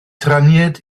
trainiert